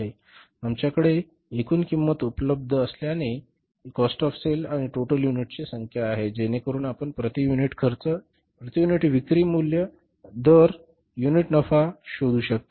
आमच्याकडे एकूण किंमत उपलब्ध असल्याने आपल्याकडे कॉस्ट ऑफ सेल आणि टोटल युनिटची संख्या आहे जेणेकरुन आपण प्रति युनिट खर्च प्रति युनिट विक्री मूल्य आणि दर युनिट नफा शोधू शकता